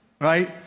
right